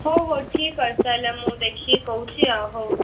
ହଉ ହଉ ଠିକ୍ ଅଛି ତା'ହେଲେ ମୁଁ ଦେଖିକି କହୁଛି ଆଉ ହଉ